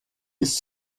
ist